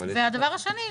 הדבר השני,